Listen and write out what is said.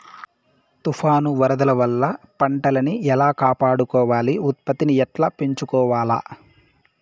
తుఫాను, వరదల వల్ల పంటలని ఎలా కాపాడుకోవాలి, ఉత్పత్తిని ఎట్లా పెంచుకోవాల?